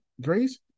Grace